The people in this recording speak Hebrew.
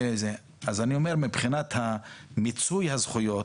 מבחינת מיצוי הזכויות